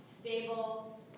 stable